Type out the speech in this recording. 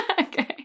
Okay